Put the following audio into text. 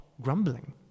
grumbling